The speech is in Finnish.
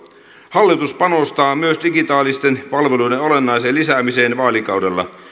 hallitus panostaa myös digitaalisten palveluiden olennaiseen lisäämiseen vaalikaudella